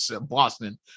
Boston